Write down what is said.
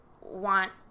want